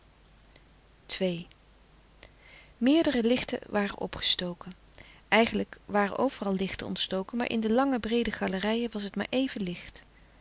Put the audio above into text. meerdere lichten waren opgestoken eigenlijk waren overal lichten ontstoken maar in de lange breede galerijen was het maar even licht